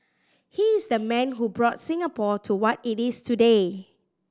he is the man who brought Singapore to what it is today